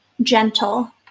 gentle